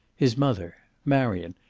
his mother, marion,